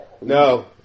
No